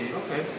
okay